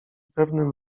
pewnym